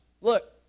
look